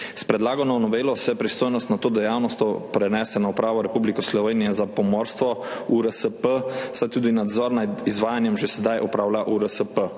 S predlagano novelo se pristojnost nad to dejavnostjo prenese na Upravo Republike Slovenije za pomorstvo, URSP, saj tudi nadzor nad izvajanjem že sedaj opravlja URSP.